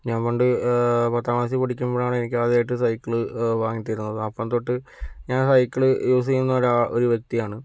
ഞാൻ പണ്ട് പത്താംക്ലാസിൽ പഠിക്കുമ്പോഴാണ് എനിക്ക് ആദ്യമായിട്ട് സൈക്കിൾ വാങ്ങി തരുന്നത് അപ്പം തൊട്ട് ഞാൻ സൈക്കിൾ യൂസ് ചെയ്യുന്ന ഒരു വ്യക്തിയാണ്